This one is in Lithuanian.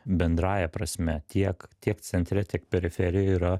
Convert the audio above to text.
bendrąja prasme tiek tiek centre tiek periferijoj yra